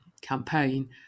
campaign